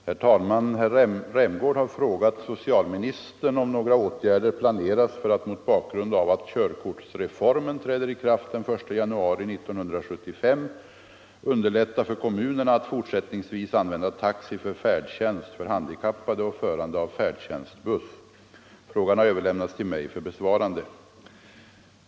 Herr talman! Herr Rämgård har frågat socialministern om några åtgärder planeras för att, mot bakgrund av att körkortsreformen träder i kraft den 1 januari 1975, underlätta för kommunerna att fortsättningsvis använda taxi för färdtjänst för handikappade och förande av färdtjänstbuss. Frågan har överlämnats till mig för besvarande.